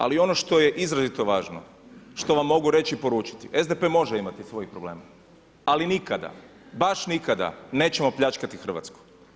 Ali ono što je izrazito važno, što vam mogu reći i poručiti, SDP može imati svojih problema, ali nikada, baš nikada, nećemo pljačkati Hrvatsku.